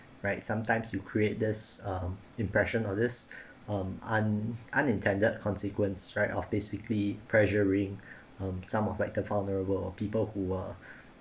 right sometimes you create this um impression of this um un~ unintended consequence right off basically pressuring um some of like the vulnerable people who were